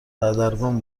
سردرگم